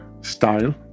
style